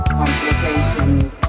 complications